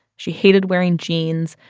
she hated wearing jeans.